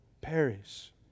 perish